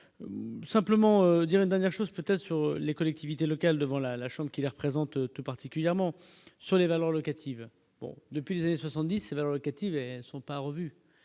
simplement dire une dernière chose, peut-être sur les collectivités locales devant la chambre qui représente tout particulièrement. Sur les valeurs locatives depuis et 70 la locative sont pas revus,